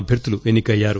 అభ్యర్థులు ఎన్ని కయ్యారు